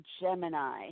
Gemini